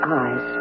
eyes